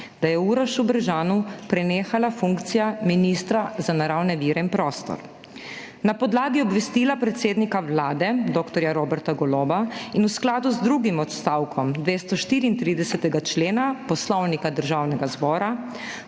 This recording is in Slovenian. da je Urošu Brežanu prenehala funkcija ministra za naravne vire in prostor. Na podlagi obvestila predsednika Vlade dr. Roberta Goloba in v skladu z drugim odstavkom 234. člena Poslovnika Državnega zbora